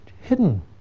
hidden